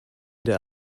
der